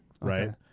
right